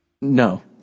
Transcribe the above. No